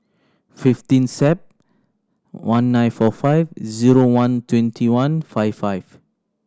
fifteen Sep one nine four five zero one twenty one five five